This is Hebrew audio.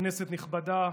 כנסת נכבדה,